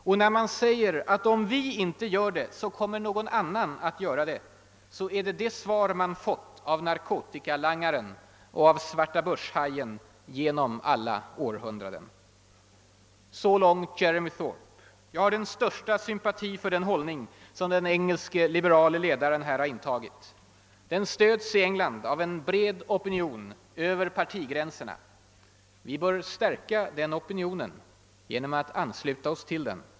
Och när man säger att om vi inte gör det, så kommer någon annan att göra det, så är det det svar man fått »av narkotikalangaren och av svartabörshajen genom alla århundraden«. Så långt Jeremy Thorpe. Jag har den största sympati för den hållning som den engelske liberale ledaren här har intagit. Han stöds i England av en bred opinion över partigränserna. Vi bör stärka den opinionen genom att ansluta oss till den.